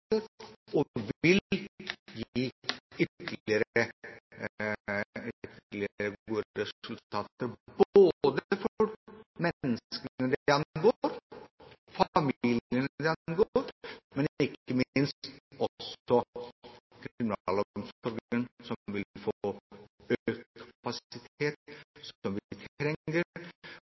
og vil gi ytterligere gode resultater både for menneskene det angår, familiene det angår, og ikke minst også for kriminalomsorgen, som vil få økt kapasitet,